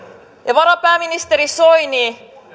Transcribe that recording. varapääministeri soini